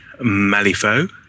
Malifaux